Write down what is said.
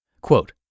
Quote